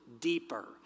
deeper